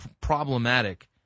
problematic